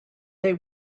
they